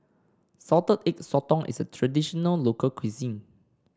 Salted Egg Sotong is a traditional local cuisine